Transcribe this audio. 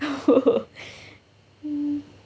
hmm